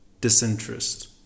disinterest